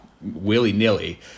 willy-nilly